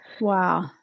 Wow